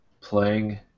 playing